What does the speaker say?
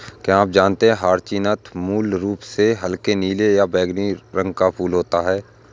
क्या आप जानते है ह्यचीन्थ मूल रूप से हल्के नीले या बैंगनी रंग का फूल होता है